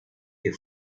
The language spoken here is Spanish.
que